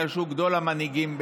בגלל שהוא גדול המנהיגים באמת.